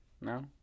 No